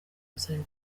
gusaba